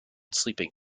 sleeping